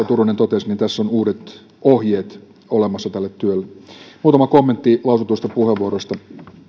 turunen hyvin totesi tässä on uudet ohjeet olemassa tälle työlle muutama kommentti lausutuista puheenvuoroista